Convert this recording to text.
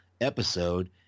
episode